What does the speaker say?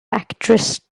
actress